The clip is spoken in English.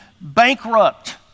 bankrupt